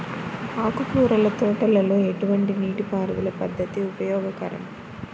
ఆకుకూరల తోటలలో ఎటువంటి నీటిపారుదల పద్దతి ఉపయోగకరం?